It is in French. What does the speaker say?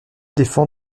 défend